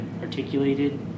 articulated